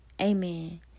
Amen